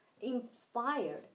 inspired